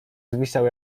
zwisał